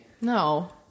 No